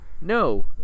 No